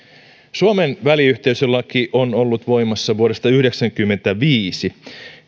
suomen väliyhteisölaki on ollut voimassa vuodesta yhdeksänkymmentäviisi